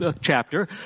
chapter